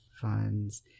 funds